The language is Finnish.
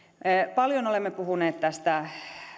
paljon olemme puhuneet tästä